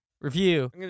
review